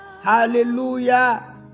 Hallelujah